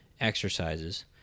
exercises